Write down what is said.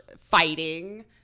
fighting